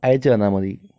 അയച്ചു തന്നാൽ മതി